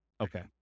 Okay